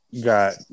got –